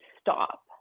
stop